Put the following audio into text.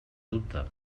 dubte